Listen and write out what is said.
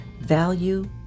value